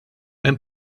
hemm